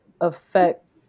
affect